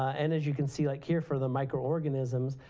and as you can see, like here for the microorganisms,